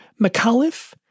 McAuliffe